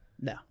No